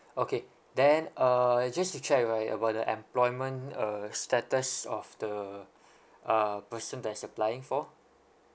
okay then uh just to check right about the employment uh status of the uh person that's applying for